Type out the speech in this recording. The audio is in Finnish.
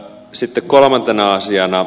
sitten kolmantena asiana